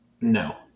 No